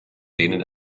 denen